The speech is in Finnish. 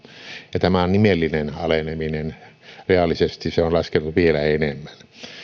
ja tämä on nimellinen aleneminen reaalisesti se on laskenut vielä enemmän